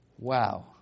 Wow